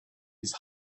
his